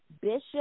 Bishop